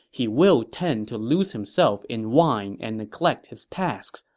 he will tend to lose himself in wine and neglect his tasks,